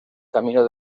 camino